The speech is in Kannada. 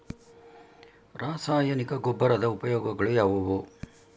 ರಾಸಾಯನಿಕ ಗೊಬ್ಬರದ ಉಪಯೋಗಗಳು ಯಾವುವು?